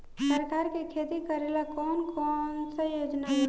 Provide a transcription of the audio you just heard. सरकार के खेती करेला कौन कौनसा योजना बा?